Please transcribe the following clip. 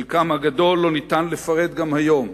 את חלקם הגדול אי-אפשר לפרט גם היום,